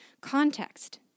context